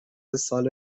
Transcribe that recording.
سال